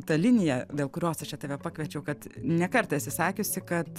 ta linija dėl kurios aš čia tave pakviečiau kad ne kartą esi sakiusi kad